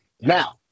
Now